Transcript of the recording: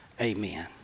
Amen